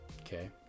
Okay